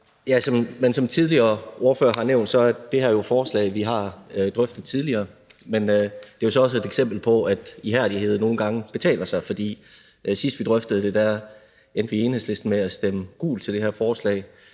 Som tidligere ordførere har nævnt, er det her jo et forslag, vi har drøftet tidligere, men det er jo så også et eksempel på, at ihærdighed nogle gange betaler sig, for sidst vi drøftede det, endte vi i Enhedslisten med at stemme gult til det her forslag.